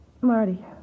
Marty